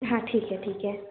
हाँ ठीक है ठीक है